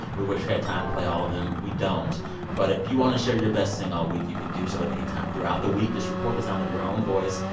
we wish we had time to play all of them. we don't but if you want to share your best thing all week, you can do so at any time throughout the week. just record the sound of your own voice,